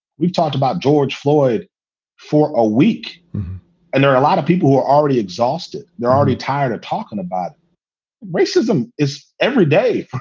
we've talked about george floyd for a week and there are a lot of people who are already exhausted. they're already tired of talking about racism is every day.